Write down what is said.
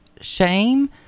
shame